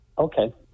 Okay